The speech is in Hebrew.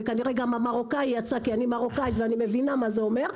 וכנראה גם המרוקאי יצא כי אני מרוקאית ואני מבינה מה זה אומר.